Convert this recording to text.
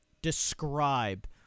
describe